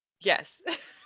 Yes